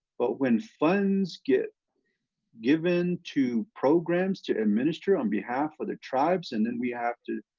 but when funds get given to programs to administer on behalf of the tribes and then we have to,